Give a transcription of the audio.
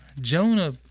Jonah